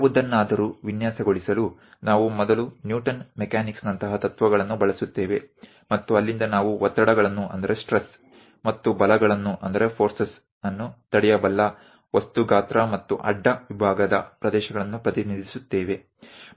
ಯಾವುದನ್ನಾದರೂ ವಿನ್ಯಾಸಗೊಳಿಸಲು ನಾವು ಮೊದಲು ನ್ಯೂಟನ್ ಮೆಕ್ಯಾನಿಕ್ಸ್ನಂತಹ ತತ್ವಗಳನ್ನು ಬಳಸುತ್ತೇವೆ ಮತ್ತು ಅಲ್ಲಿಂದ ನಾವು ಒತ್ತಡಗಳನ್ನು ಮತ್ತು ಬಲಗಳನ್ನು ತಡೆಹಿಡಿಯಬಲ್ಲ ವಸ್ತು ಗಾತ್ರ ಮತ್ತು ಅಡ್ಡ ವಿಭಾಗದ ಪ್ರದೇಶಗಳನ್ನು ಪ್ರತಿನಿಧಿಸುತ್ತೇವೆ